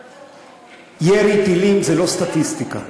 22. ירי טילים זה לא סטטיסטיקה,